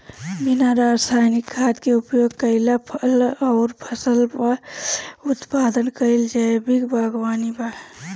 बिना रासायनिक खाद क उपयोग कइले फल अउर फसल क उत्पादन कइल जैविक बागवानी बा